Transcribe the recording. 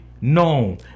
known